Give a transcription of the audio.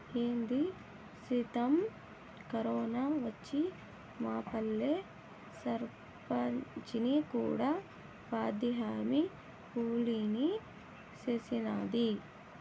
ఏంది సిత్రం, కరోనా వచ్చి మాపల్లె సర్పంచిని కూడా ఉపాధిహామీ కూలీని సేసినాది